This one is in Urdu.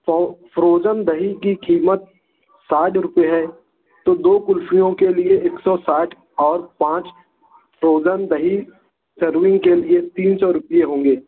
فروزن دہی کی قیمت ساٹھ روپے ہے تو دو کُلفیوں کے لیے ایک سو ساٹھ اور پانچ فروزن دہی ٹرننگ کے لیے تین سو روپیے ہوں گے